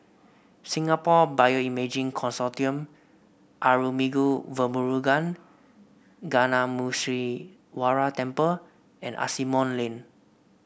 Singapore Bioimaging Consortium Arulmigu Velmurugan Gnanamuneeswarar Temple and Asimont Lane